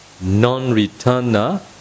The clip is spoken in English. non-returner